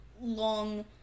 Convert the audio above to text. long